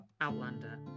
Outlander